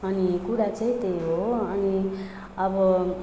अनि कुरा चाहिँ त्यही हो अनि अब